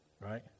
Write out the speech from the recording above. right